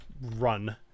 run